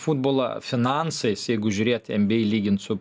futbolą finansais jeigu žiūrėti nba lygint su